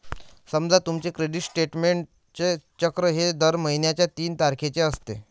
समजा तुमचे क्रेडिट स्टेटमेंटचे चक्र हे दर महिन्याच्या तीन तारखेचे असते